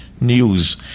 news